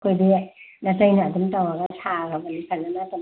ꯑꯩꯈꯣꯏꯗꯤ ꯌꯥꯏ ꯅꯇꯩꯅ ꯑꯗꯨꯝ ꯇꯧꯔꯒ ꯁꯥꯈ꯭ꯔꯕꯅꯤ ꯐꯖꯅ ꯑꯗꯨꯝ